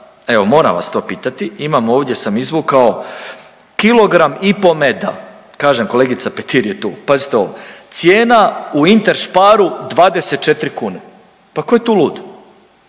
evo moram vas to pitati, imam ovdje sam izvukao kilogram i po meda, kažem kolegica Petir je tu, pazite ovo cijena u Intersparu 24 kune, pa tko je tu lud,